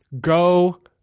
go